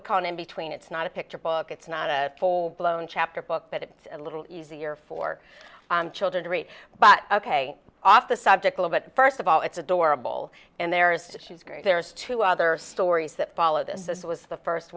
we call an in between it's not a picture book it's not a full blown chapter book but it's a little easier for children to read but ok off the subject will but first of all it's adorable and there's she's great there's two other stories that followed and this was the first